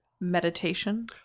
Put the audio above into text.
meditation